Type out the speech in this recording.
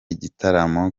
igitaramo